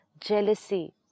jealousy